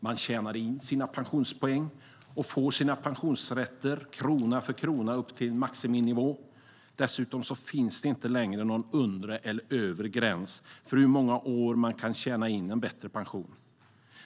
Man tjänar in sina pensionspoäng och får sina pensionsrätter, krona för krona, upp till en maximinivå. Dessutom finns det inte längre någon undre eller övre gräns för hur många år som man kan tjäna in en bättre pension.